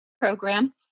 program